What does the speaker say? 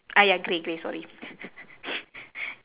ah ya grey grey sorry